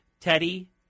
Teddy